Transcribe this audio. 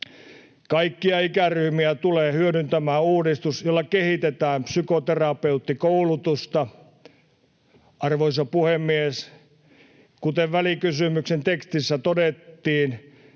Kaikkia ikäryhmiä tulee hyödyntämään uudistus, jolla kehitetään psykoterapeuttikoulutusta. Arvoisa puhemies! Kuten välikysymyksen tekstissä todettiin,